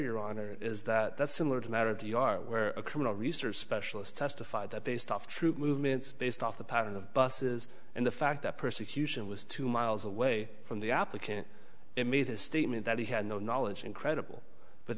your honor is that similar to matter of the yard where a criminal research specialist testified that they stuff troop movements based off the pattern of buses and the fact that persecution was two miles away from the applicant to me the statement that he had no knowledge incredible but